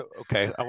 okay